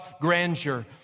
grandeur